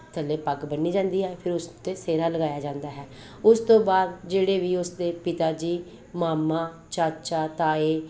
ਥੱਲੇ ਪੱਗ ਬੰਨ੍ਹੀ ਜਾਂਦੀ ਹੈ ਫਿਰ ਉਸ 'ਤੇ ਸਿਹਰਾ ਲਗਾਇਆ ਜਾਂਦਾ ਹੈ ਉਸ ਤੋਂ ਬਾਅਦ ਜਿਹੜੇ ਵੀ ਉਸਦੇ ਪਿਤਾ ਜੀ ਮਾਮਾ ਚਾਚਾ ਤਾਏ